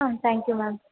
ah thank you ma'am